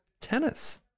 tennis